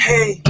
Hey